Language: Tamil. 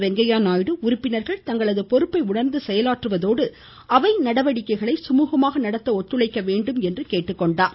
வெங்கய்ய நாயுடு உறுப்பினர்கள் தங்களது பொறுப்பை உணா்ந்து செயலாற்றுவதோடு அவை நடவடிக்கைகளை சுமூகமாக நடத்த ஒத்துழைக்க வேண்டும் என்று கேட்டுக்கொண்டார்